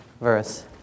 verse